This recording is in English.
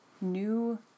new